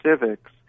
civics